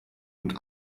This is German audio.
und